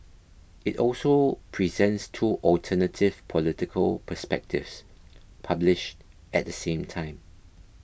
it also presents two alternative political perspectives published at the same time